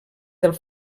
del